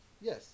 Yes